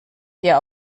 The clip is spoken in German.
hier